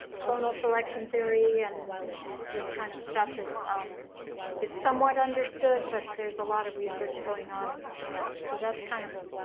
clonal selection theory. and this kind of stuff is is somewhat understood, but there's a lot of research going on into that. so that's kind of a